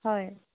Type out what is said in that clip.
হয়